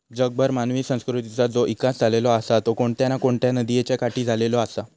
जगभर मानवी संस्कृतीचा जो इकास झालेलो आसा तो कोणत्या ना कोणत्या नदीयेच्या काठी झालेलो आसा